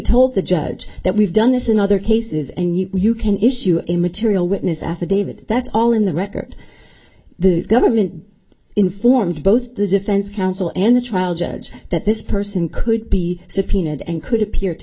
told the judge that we've done this in other cases and you can issue a material witness affidavit that's all in the record the government informed both the defense counsel and the trial judge that this person could be subpoenaed and could appear to